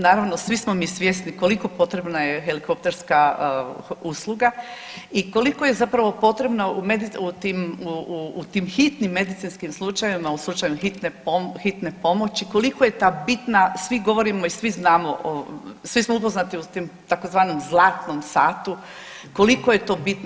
Naravno svi smo mi svjesni koliko potrebna je helikopterska usluga i koliko je zapravo potrebna u tim hitnim medicinskim slučajevima, u slučaju hitne pomoći koliko je ta bitna svi govorimo i svi znamo, svi smo upoznati u tim tzv. zlatnom satu koliko je to bitno.